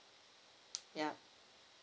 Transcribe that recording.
yeah